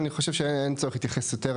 אני חושב שאין צורך להתייחס יותר,